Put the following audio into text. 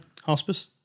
Hospice